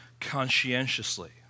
conscientiously